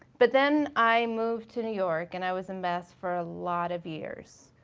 but then i moved to new york and i was a mess for a lot of years,